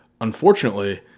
Unfortunately